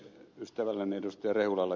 ystävälleni ed